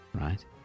Right